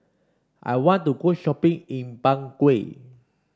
I want to go shopping in Bangui